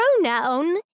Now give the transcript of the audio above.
pronoun